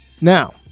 now